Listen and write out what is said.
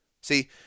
See